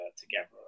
together